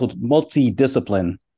multi-discipline